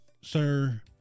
sir